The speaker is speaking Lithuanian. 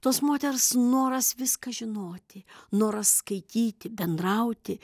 tos moters noras viską žinoti noras skaityti bendrauti